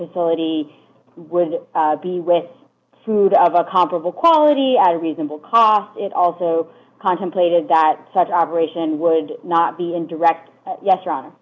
facility would be with food of a comparable quality a reasonable cost it also contemplated that such operation would not be in direct yes ron